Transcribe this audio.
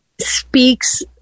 speaks